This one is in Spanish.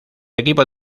equipo